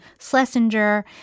Schlesinger